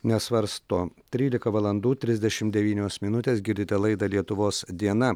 nesvarsto trylika valandų trisdešimt devynios minutės girdite laidą lietuvos diena